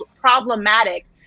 problematic